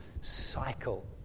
cycle